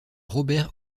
robert